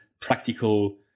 practical